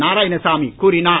நாராயணசாமி கூறினார்